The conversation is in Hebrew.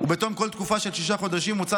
ובתום כל תקופה של שישה חודשים מוצע